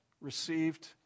received